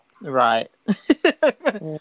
right